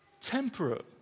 temperate